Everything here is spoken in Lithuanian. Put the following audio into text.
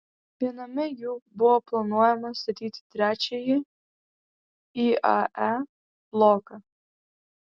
viename jų buvo planuojama statyti trečiąjį iae bloką